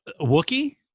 wookie